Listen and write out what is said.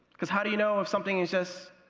because how do you know if something is just